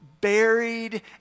buried